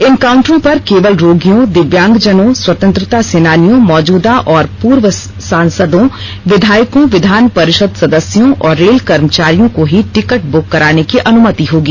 इन काउंटरों पर केवल रोगियों दिव्यांगजनों स्वतंत्रता सेनानियों मौजूदा और पूर्व सांसदों विधायकों विधान परिषद सदस्यों और रेल कर्मचारियों को ही टिकट बुक कराने की अनुमति होगी